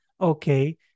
Okay